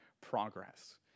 progress